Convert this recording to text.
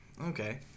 Okay